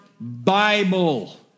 Bible